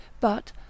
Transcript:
but